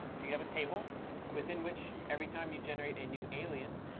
you could have a table within which every time you generate a new alien,